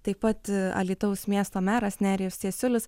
taip pat alytaus miesto meras nerijus cesiulis